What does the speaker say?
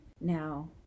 now